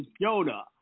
Yoda